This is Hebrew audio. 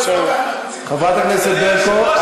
חברת הכנסת ברקו,